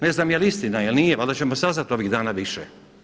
Ne znam je li istina ili nije, valjda ćemo saznati ovih dana više.